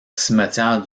cimetière